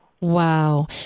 Wow